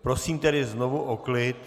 Prosím tedy znovu o klid.